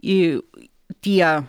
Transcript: į tie